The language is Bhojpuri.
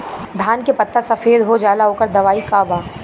धान के पत्ता सफेद हो जाला ओकर दवाई का बा?